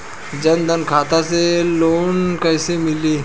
जन धन खाता से लोन कैसे मिली?